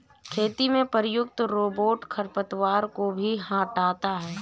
खेती में प्रयुक्त रोबोट खरपतवार को भी हँटाता है